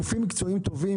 אלה גופים מקצועיים טובים,